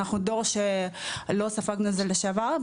ואנחנו דור שלא ספגנו את זה לשעבר.